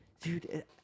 dude